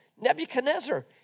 Nebuchadnezzar